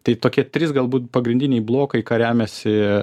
tai tokie trys galbūt pagrindiniai blokaiį ką remiasi